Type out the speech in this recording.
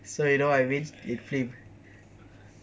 so you know I mean in film